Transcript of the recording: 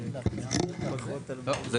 זאת